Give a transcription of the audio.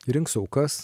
rinks aukas